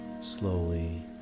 slowly